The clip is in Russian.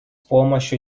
помощью